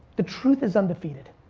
the truth is undefeated.